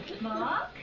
Mark